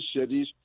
cities